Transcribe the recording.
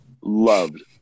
loved